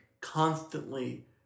constantly